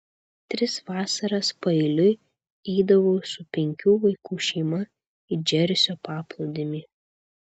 tris vasaras paeiliui eidavau su penkių vaikų šeima į džersio paplūdimį